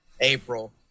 April